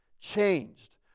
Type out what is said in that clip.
changed